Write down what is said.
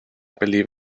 believe